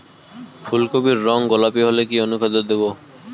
ফুল কপির রং গোলাপী হলে কি অনুখাদ্য দেবো?